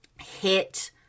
hit